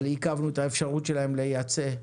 אבל עיכבנו את האפשרות שלהן לייצא.